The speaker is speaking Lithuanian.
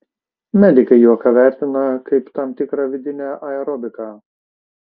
medikai juoką vertina kaip tam tikrą vidinę aerobiką